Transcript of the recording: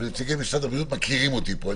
ונציגי משרד הבריאות מכירים אותי פה.